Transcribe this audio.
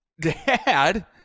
Dad